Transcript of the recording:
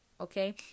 okay